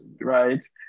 right